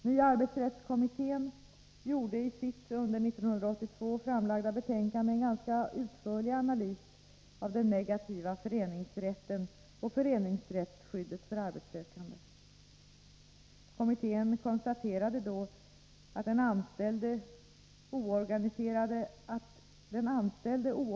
Nya arbetsrättskommittén gjorde i sitt under 1982 framlagda betänkande en ganska utförlig analys av den negativa föreningsrätten och föreningsrättsskyddet för arbetssökande.